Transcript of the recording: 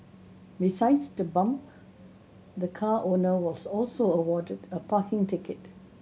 besides the bump the car owner was also awarded a parking ticket